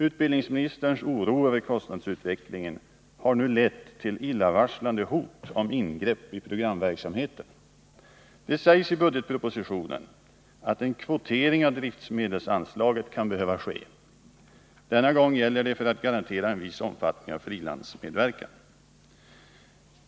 Utbildningsministerns oro över kostnadsutvecklingen har nu lett till illavarslande hot om ingrepp i programverksamheten. Det sägs i budgetpropositionen att en kvotering av driftmedelsanslaget kan behöva ske. Denna gång gäller det för att garantera en viss omfattning av frilansmedverkan.